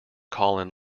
colin